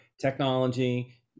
technology